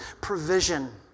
provision